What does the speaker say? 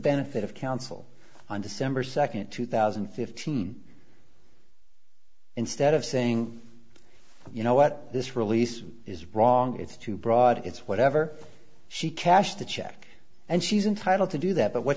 benefit of counsel on december second two thousand and fifteen instead of saying you know what this release is wrong it's too broad it's whatever she cashed the check and she's entitled to do that but what